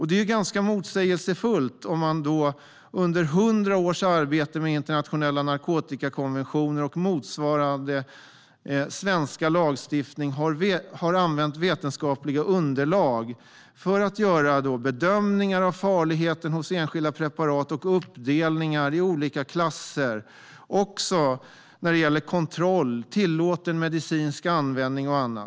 Det är ganska motsägelsefullt, när man under 100 års arbete med internationella narkotikakonventioner och motsvarande svensk lagstiftning har använt vetenskapliga underlag för att göra bedömningar av farligheten hos enskilda preparat och uppdelningar i olika klasser. Det gäller också kontroll, tillåten medicinsk användning och annat.